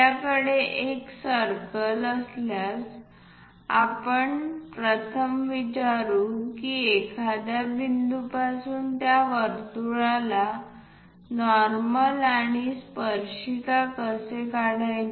आपल्याकडे एक सर्कल असल्यास आपण प्रथम विचारू की एखाद्या बिंदूपासून त्या वर्तुळाला नॉर्मल आणि स्पर्शिका कसे काढायचे